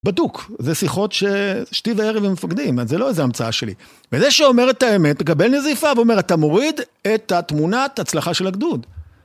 בדוק, זה שיחות ששתי וערב הם מפקדים, זו לא איזו המצאה שלי. וזה שאומר את האמת, מקבל נזיפה, ואומר, אתה מוריד את התמונת הצלחה של הגדוד.